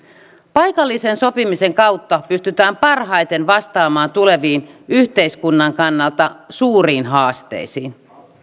paikallisen sopimisen kautta pystytään parhaiten vastaamaan tuleviin yhteiskunnan kannalta suuriin haasteisiin